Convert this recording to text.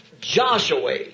Joshua